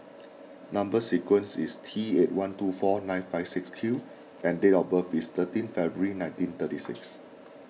Number Sequence is T eight one two four nine five six Q and date of birth is thirteen February nineteen thirty six